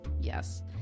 yes